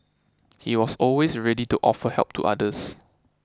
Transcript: he was always ready to offer help to others